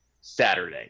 Saturday